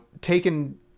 taken